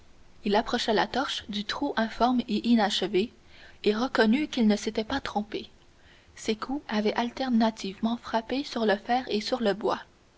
il approcha la torche du trou informe et inachevé et reconnut qu'il ne s'était pas trompé ses coups avaient alternativement frappé sur le fer et sur le bois